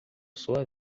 sua